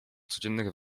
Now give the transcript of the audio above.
codziennych